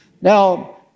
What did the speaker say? Now